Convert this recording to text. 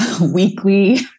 weekly